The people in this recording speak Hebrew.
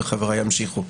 וחבריי ימשיכו.